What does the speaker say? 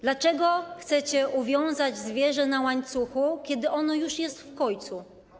Dlaczego chcecie uwiązać zwierzę na łańcuchu, kiedy ono już jest w kojcu?